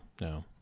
no